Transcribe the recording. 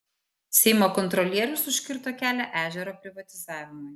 seimo kontrolierius užkirto kelią ežero privatizavimui